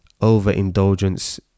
overindulgence